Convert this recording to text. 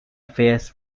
affairs